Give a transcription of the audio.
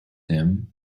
him